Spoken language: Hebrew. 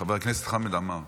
חבר הכנסת חמד עמאר.